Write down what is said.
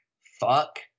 fuck